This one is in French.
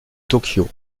tokyo